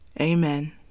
Amen